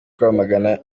rwamagana